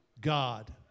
God